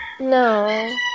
No